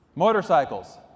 Motorcycles